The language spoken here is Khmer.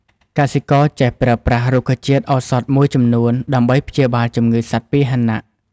កសិករចេះប្រើប្រាស់រុក្ខជាតិឱសថមួយចំនួន ដើម្បីព្យាបាលជំងឺសត្វពាហនៈ។